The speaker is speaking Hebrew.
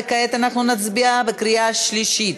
וכעת אנחנו נצביע בקריאה השלישית.